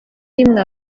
rimwe